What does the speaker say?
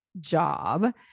job